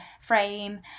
frame